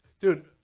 Dude